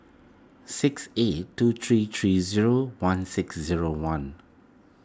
six eight two three three zero one six zero one